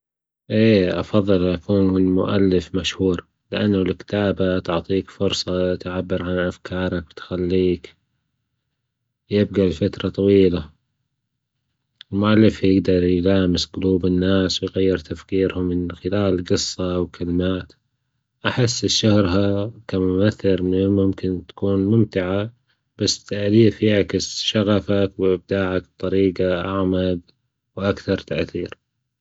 إيه أفضل أن أكون مؤلف مشهورلأنه الكتابة تعطيك فرصة تعبر عن أفكارك وتخليك يبجى لفترة طويلة، المؤلف يجدر يلامس جلوب الناس ويغير تفكيرهم من خلال قصة او كلمات، أحس الشهرة كممثل إن هي ممكن تكون ممتعة بس التأليف يعكس شغفك وإبداعك بطريجة أعمج وأكثر تأثير.